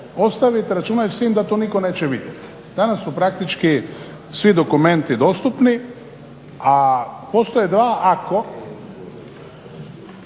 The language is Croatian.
ostaviti, računajući s time da to nitko neće vidjeti. Danas su praktički svi dokumenti dostupni. A postoje dva ako,